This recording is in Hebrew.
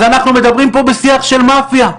אז אנחנו מדברים פה בשיח של מאפיה,